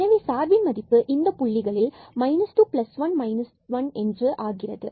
எனவே சார்பின் மதிப்பு இந்த புள்ளிகளில் 21 1 இவ்வாறு ஆகிறது